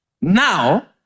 Now